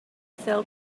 fell